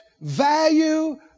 value